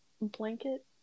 blanket